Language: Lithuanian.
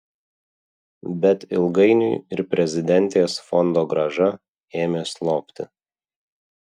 bet ilgainiui ir prezidentės fondogrąža ėmė slopti